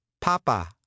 Papa